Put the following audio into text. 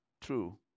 true